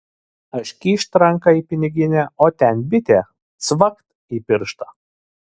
aš kyšt ranką į piniginę o ten bitė cvakt į pirštą